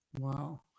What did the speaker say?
Wow